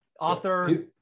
author